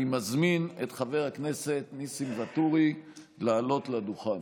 אני מזמין את חבר הכנסת ניסים ואטורי לעלות לדוכן.